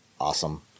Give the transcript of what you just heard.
awesome